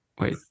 wait